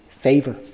favor